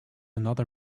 another